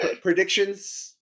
Predictions